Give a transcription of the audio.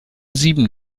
sieben